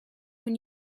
when